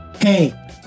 hey